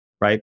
right